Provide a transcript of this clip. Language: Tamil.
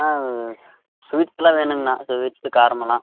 அண்ணா ஸ்வீட்டெல்லாம் வேணுங்கண்ணா ஸ்வீட்டு காரமெல்லாம்